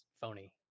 phony